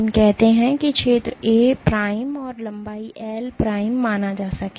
हम कहते हैं क्षेत्र A प्राइम और लंबाई L प्राइम माना जा सके